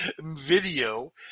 video